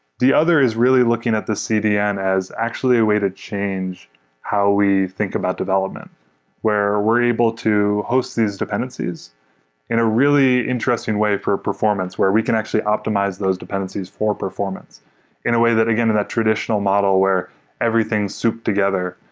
the other is really looking at the cdm as actually a way to change how we think about development where we're able to host these dependencies in a really interesting way for performance where we can actually optimize those dependencies for performance in a way that, again, in that traditional model where everything soup together.